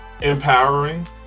Empowering